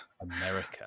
America